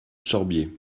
sorbiers